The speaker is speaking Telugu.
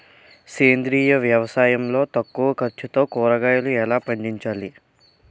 సేంద్రీయ వ్యవసాయం లో తక్కువ ఖర్చుతో కూరగాయలు ఎలా పండించాలి?